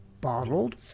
bottled